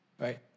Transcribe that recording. right